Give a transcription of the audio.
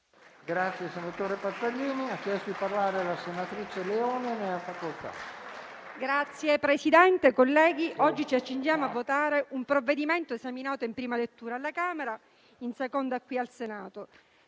Signor Presidente, onorevoli colleghi, oggi ci accingiamo a votare un provvedimento esaminato in prima lettura alla Camera e in seconda qui al Senato,